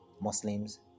Muslims